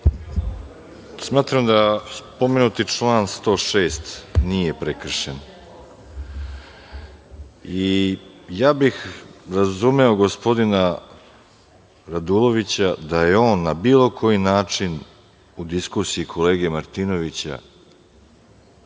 Smatram da pomenuti član 106. nije prekršen. Ja bih razumeo gospodina Radulovića da je on na bilo koji način u diskusiji kolege Martinovića